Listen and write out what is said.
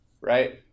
right